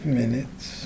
minutes